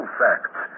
facts